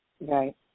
Right